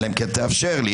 אלא אם כן תאפשר לי.